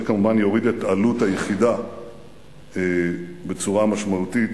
זה, כמובן, יוריד את עלות היחידה בצורה משמעותית.